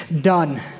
done